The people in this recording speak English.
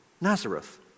Nazareth